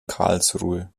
karlsruhe